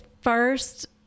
first